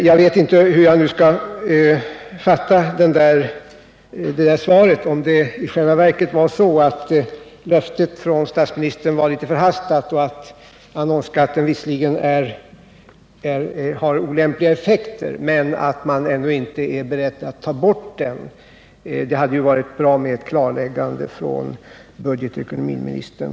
Jag vet inte hur jag nu skall fatta svaret. I själva verket var kanske statsministerns löfte något förhastat. Meningen var kanske att annonsskatten visserligen har olämpliga effekter men att man ännu inte är beredd att ta bort den. Det hade varit bra med ett klarläggande från budgetoch ekonomiministern.